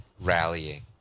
rallying